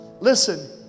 Listen